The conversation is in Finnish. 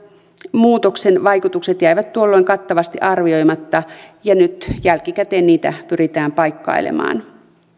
muutoksen vaikutukset jäivät tuolloin kattavasti arvioimatta ja nyt jälkikäteen niitä pyritään paikkailemaan